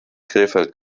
krefeld